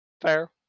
Fair